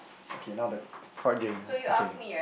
okay now the card game okay